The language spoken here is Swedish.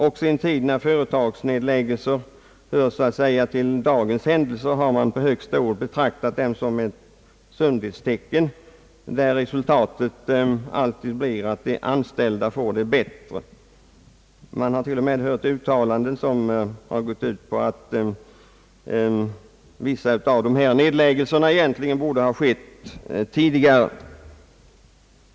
Också i en tid när företagsnedläggelser hör så att säga till dagens händelser har man på högsta ort betraktat dem som ett sundhetstecken, där resultatet alltid blir att de anställda får det bättre. Man har till och med hört uttalanden som gått ut på att vissa av dessa nedläggelser egentligen borde ha skett långt tidigare.